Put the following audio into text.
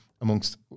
amongst